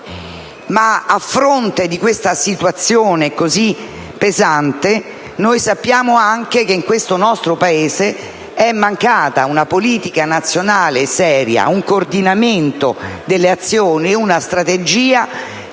A fronte di questa situazione così pesante, sappiamo anche che nel nostro Paese sono mancati una politica nazionale seria, un coordinamento delle azioni e una strategia